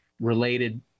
related